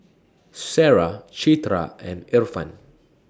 Sarah Citra and Irfan